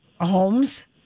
Homes